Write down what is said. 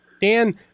Dan